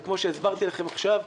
וכמו שהסברתי לכם עכשיו,